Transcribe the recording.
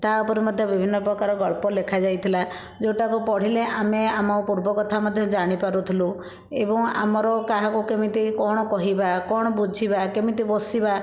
ତା ଉପରେ ମଧ୍ୟ ବିଭିନ୍ନ ପ୍ରକାର ଗଳ୍ପ ଲେଖା ଯାଇଥିଲା ଯେଉଁଟାକୁ ପଢ଼ିଲେ ଆମେ ଆମ ପୂର୍ବ କଥା ମଧ୍ୟ ଜାଣି ପାରୁଥିଲୁ ଏବଂ ଆମର କାହାକୁ କେମିତି କଣ କହିବା କଣ ବୁଝିବା କେମିତି ବସିବା